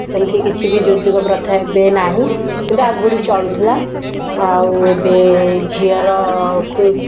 ସେମିତି କିଛି ବି ଯୌତୁକ ପ୍ରଥା ଏବେ ନାହିଁ କିନ୍ତୁ ଆଗରୁ ଚଳୁଥିଲା ଆଉ ଏବେ ଝିଅର କୁ